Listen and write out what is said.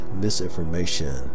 misinformation